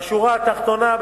בשורה התחתונה,